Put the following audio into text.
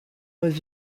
was